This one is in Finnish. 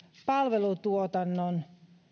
palvelutuotannon